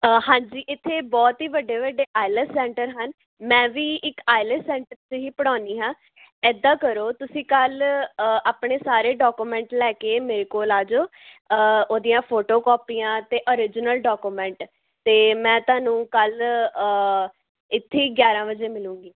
ਹਾਂਜੀ ਇੱਥੇ ਬਹੁਤ ਹੀ ਵੱਡੇ ਵੱਡੇ ਆਈਲੈਸ ਸੈਂਟਰ ਹਨ ਮੈਂ ਵੀ ਇੱਕ ਆਈਲੈਸ ਸੈਂਟਰ 'ਚ ਹੀ ਪੜ੍ਹਾਉਂਦੀ ਹਾਂ ਇੱਦਾਂ ਕਰੋ ਤੁਸੀਂ ਕੱਲ੍ਹ ਆਪਣੇ ਸਾਰੇ ਡਾਕੂਮੈਂਟ ਲੈ ਕੇ ਮੇਰੇ ਕੋਲ ਆ ਜਾਓ ਉਹਦੀਆਂ ਫੋਟੋ ਕੋਪੀਆਂ ਅਤੇ ਓਰਿਜਨਲ ਡੋਕੂਮੈਂਟ ਅਤੇ ਮੈਂ ਤੁਹਾਨੂੰ ਕੱਲ੍ਹ ਇੱਥੇ ਹੀ ਗਿਆਰਾਂ ਵਜੇ ਮਿਲੂੰਗੀ